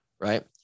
right